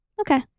Okay